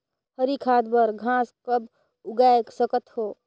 हरी खाद बर घास कब उगाय सकत हो?